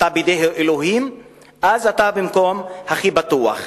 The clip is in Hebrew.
אתה בידי האלוהים אז אתה במקום הכי בטוח.